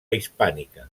hispànica